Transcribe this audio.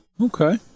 okay